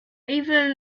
even